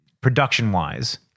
production-wise